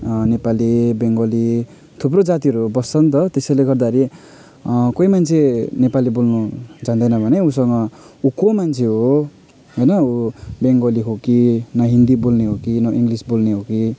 नेपाली बङ्गाली थुप्रो जातिहरू बस्छन् त त्यसैले गर्दाखेरि कोही मान्छे नेपाली बोल्नु जान्दैन भने उसँग ऊ को मान्छे हो होइन ऊ बङ्गाली हो कि न हिन्दी बोल्ने हो कि न इङ्लिस बोल्ने हो कि